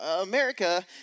America